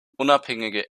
unabhängige